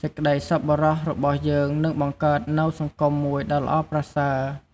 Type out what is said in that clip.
សេចក្តីសប្បុរសរបស់យើងនឹងបង្កើតនូវសង្គមមួយដ៏ល្អប្រសើរ។